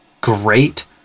great